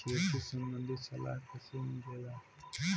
खेती संबंधित सलाह कैसे मिलेला?